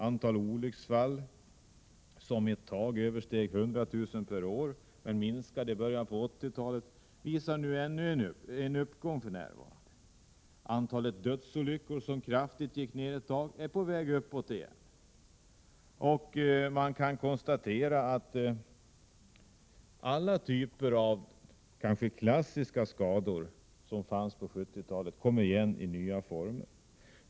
Antalet olycksfall som ett tag översteg 100 000 per år men som minskade i början av 1980-talet ökar för närvarande. Antalet dödsolyckor som ett tag gick ned kraftigt är på väg uppåt igen. Man kan konstatera att alla typer av klassiska skador på 1970-talet kommer igen i nya former.